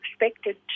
expected